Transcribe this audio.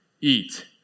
eat